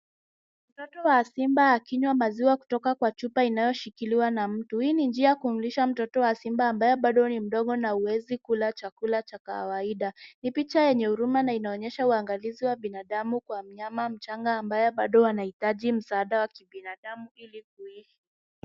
Mtoto wa simba akinywa maziwa kutoka kwa chupa inayoshikiliwa na mtu. Hii ni njia ya kumlisha mtoto wa simba ambaye bado ni mdogo na hawezi kula chakula cha kawaida. Ni picha yenye huruma na inaonyesha uangalizi wa binadamu kwa mnyama mchanga ambaye bado anahitaji msaada wa kibinadamu ili kuishi.